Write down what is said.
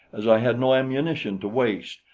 as i had no ammunition to waste,